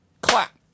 Clap